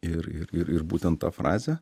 ir ir ir būtent ta frazė